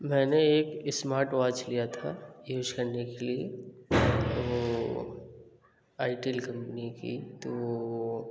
मैंने एक smart watch लिया था यूज करने के लिये वो आइटील कंपनी की तो